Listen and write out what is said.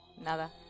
Nada